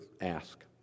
ask